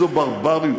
איזו ברבריות.